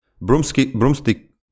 broomstick